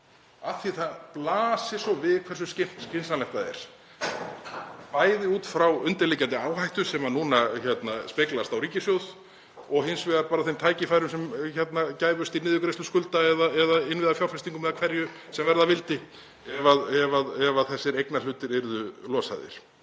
af því að það blasir við hversu skynsamlegt það er, bæði út frá undirliggjandi áhættu sem núna speglast á ríkissjóð og hins vegar þeim tækifærum sem gæfust til niðurgreiðslu skulda eða til innviðafjárfestinga eða hverju sem verða vildi ef þessir eignarhlutir yrðu losaðir.